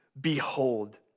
behold